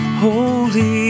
Holy